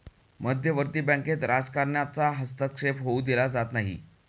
मध्यवर्ती बँकेत राजकारणाचा हस्तक्षेप होऊ दिला जात नाही